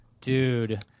dude